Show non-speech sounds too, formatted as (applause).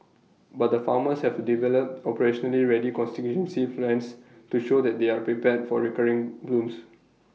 but the farmers have to develop operationally ready (unintelligible) plans to show that they are prepared for recurring blooms